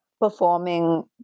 performing